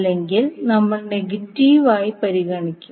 അല്ലെങ്കിൽ നമ്മൾ നെഗറ്റീവ് ആയി പരിഗണിക്കും